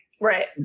Right